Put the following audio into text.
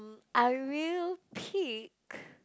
I will pick